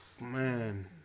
Man